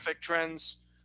trends